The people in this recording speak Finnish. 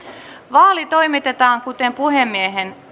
vaali toimitetaan kuten puhemiehen